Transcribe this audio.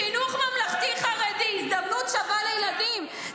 חינוך ממלכתי חרדי, הזדמנות שווה לילדים.